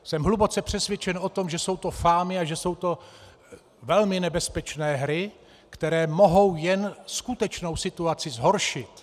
Jsem hluboce přesvědčen o tom, že jsou to fámy a že jsou to velmi nebezpečné hry, které mohou jen skutečnou situaci zhoršit.